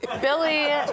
Billy